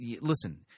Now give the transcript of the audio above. Listen